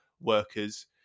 workers